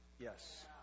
Yes